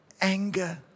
anger